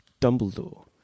Dumbledore